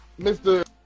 Mr